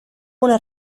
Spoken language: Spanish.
una